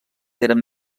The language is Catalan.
eren